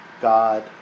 God